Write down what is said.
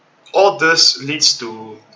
all this leads to